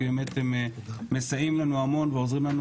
כי באמת הם מסייעים לנו המון ועוזרים לנו